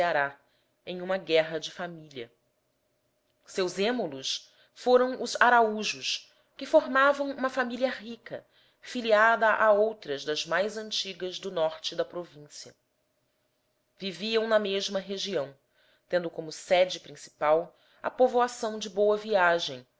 ceará em uma guerra de família seus êmulos foram os araújos que formavam uma família rica filiada a outras das mais antigas do norte da província viviam na mesma região tendo como sede principal a povoação de boa viagem